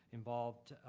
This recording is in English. involved